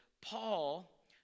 Paul